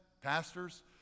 Pastors